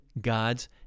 God's